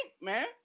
man